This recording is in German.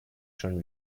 schon